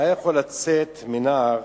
מה יכול לצאת מנער